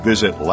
Visit